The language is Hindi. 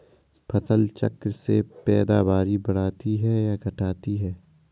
फसल चक्र से पैदावारी बढ़ती है या घटती है?